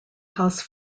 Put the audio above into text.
house